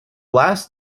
last